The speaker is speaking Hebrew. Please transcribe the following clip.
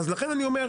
אז לכן אני אומר,